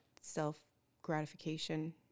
self-gratification